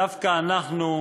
דווקא אנחנו,